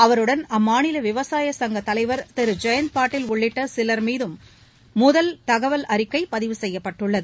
அவருடன் அம்மாநில விவசாய சங்க தலைவர் திரு ஜெயந்த் பட்டில் உள்ளிட்ட சிவர் மீதும் முதல் தகவல் அறிக்கை பதிவு செய்யப்பட்டுள்ளது